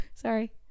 Sorry